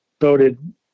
voted